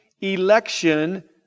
election